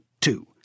two